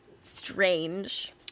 strange